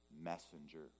messenger